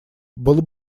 было